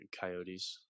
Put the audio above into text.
Coyotes